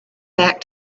back